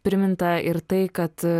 priminta ir tai kad